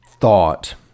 thought